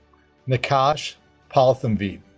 naqash palathamveed